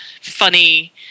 funny